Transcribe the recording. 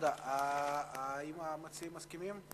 האם המציעים מסכימים?